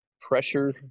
pressure